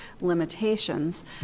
limitations